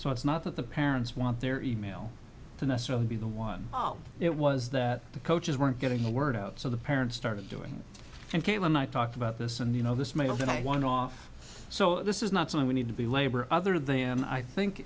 so it's not that the parents want their email to necessarily be the one zero it was that the coaches weren't getting the word out so the parents started doing and came and i talked about this and you know this may have been a one off so this is not something we need to be labor other of them i think